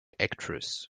actress